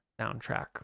soundtrack